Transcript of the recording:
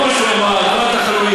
וכל מה שהוא אמר: כל התחלואים,